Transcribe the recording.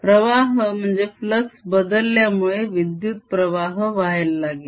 प्रवाह बदलल्यामुळे विद्युत प्रवाह वाहायला लागेल